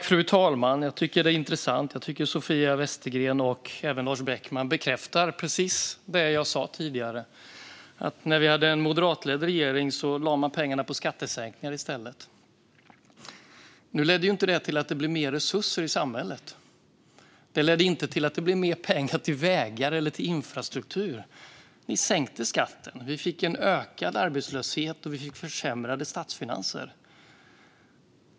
Fru talman! Det här är intressant. Sofia Westergren och även Lars Beckman bekräftar precis det jag sa tidigare, nämligen att den moderatledda regeringen lade pengarna på skattesänkningar. Nu ledde inte det till att det blev mer resurser i samhället. Det ledde inte till mer pengar till vägar eller infrastruktur. Ni sänkte skatten, och det blev en ökad arbetslöshet och försämrade statsfinanser.